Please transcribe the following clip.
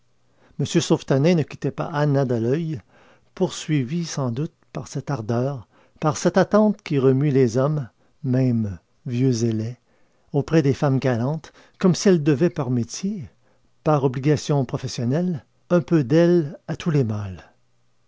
m sauvetanin ne quittait pas anna de l'oeil poursuivi sans doute par cette ardeur par cette attente qui remuent les hommes même vieux et laids auprès des femmes galantes comme si elles devaient par métier par obligation professionnelle un peu d'elles à tous les mâles